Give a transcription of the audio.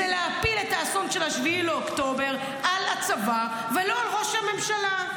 וזה להפיל את האסון של 7 באוקטובר על הצבא ולא על ראש הממשלה.